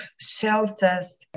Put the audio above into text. shelters